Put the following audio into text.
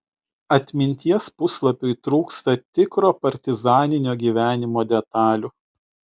atminties puslapiui trūksta tikro partizaninio gyvenimo detalių